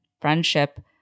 friendship